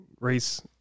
race